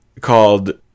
called